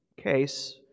case